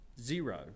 zero